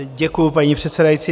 Děkuju, paní předsedající.